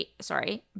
Sorry